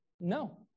no